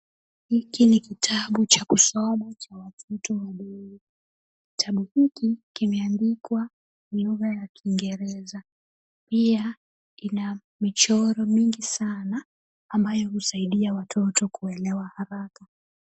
Hiki ni kitabu cha kusoma cha watoto wadogo. Kitabu hiki kimeandikwa lugha ya kingereza. Pia kina michoro mingi sana, ambayo husaidia watoto kuelewa haraka.